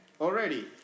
already